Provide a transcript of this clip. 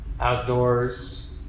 outdoors